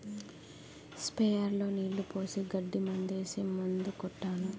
sprayer లో నీళ్లు పోసి గడ్డి మందేసి మందు కొట్టాను